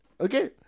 okay